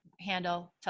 handle